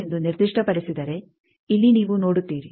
5 ಎಂದು ನಿರ್ದಿಷ್ಟಪಡಿಸಿದರೆ ಇಲ್ಲಿ ನೀವು ನೋಡುತ್ತೀರಿ